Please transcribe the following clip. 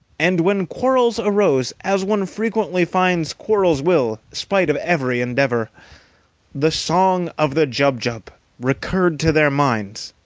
and when quarrels arose as one frequently finds quarrels will, spite of every endeavour the song of the jubjub recurred to their minds,